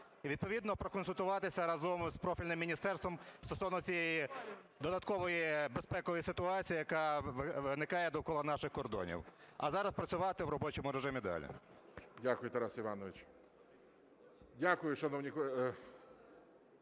відповідно проконсультуватися разом з профільним міністерством стосовно цієї додаткової безпекової ситуації, яка виникає довкола наших кордонів. А зараз працювати в робочому режимі далі. ГОЛОВУЮЧИЙ. Дякую, Тарас Іванович. Дякую, шановні